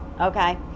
okay